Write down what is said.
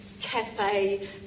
Cafe